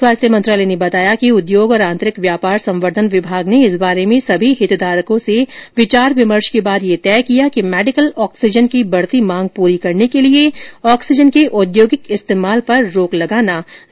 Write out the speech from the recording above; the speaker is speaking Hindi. स्वास्थ्य मंत्रालय ने बताया कि उद्योग और आंतरिक व्यापार संवर्दधन विभाग ने इस बारे में सभी हितधारकों से विचार विमर्श के बाद यह तय किया कि मेडिकल ऑक्सीजन की बढ़ती मांग पूरी करने के लिए ऑक्सीजन के औद्योगिक इस्तेमाल पर रोक लगाना जरूरी है